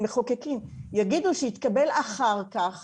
שהמחוקקים יגידו שיתקבל אחר כך